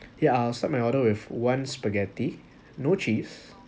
yeah I'll start my order with one spaghetti no cheese